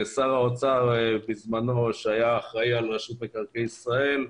לשר האוצר בזמנו שהיה אחראי על רשות מקרקעי ישראל,